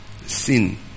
Sin